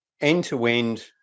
end-to-end